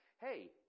hey